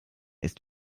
ist